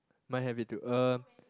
mine have it too uh